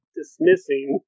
dismissing